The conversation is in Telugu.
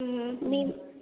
నీన్